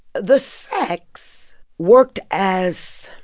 the sex worked as